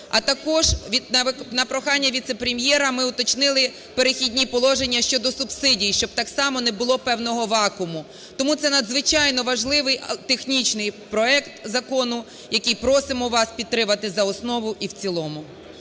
а також на прохання віце-прем'єра ми уточнили перехідні положення щодо субсидій, щоб так само не було певного вакууму. Тому це надзвичайно важливий технічний проект закону, який просимо вас підтримати за основу і в цілому.